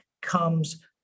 comes